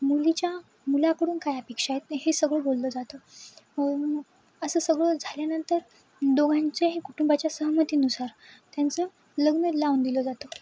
मुलीच्या मुलाकडून काय अपेक्षा आहेत हे सगळं बोललं जातं असं सगळं झाल्यानंतर दोघांच्या हे कुटुंबाच्या सहमतीनुसार त्यांचं लग्न लावून दिलं जातं